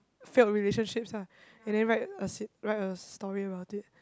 failed relationships lah and then write a sit~ write a story about it